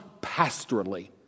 pastorally